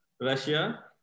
Russia